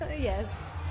Yes